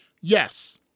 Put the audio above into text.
Yes